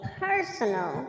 personal